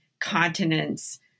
continents